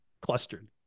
clustered